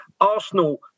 Arsenal